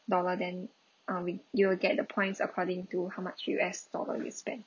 dollar then um you will get the points according to how much U_S dollar you spent